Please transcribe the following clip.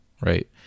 right